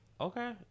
Okay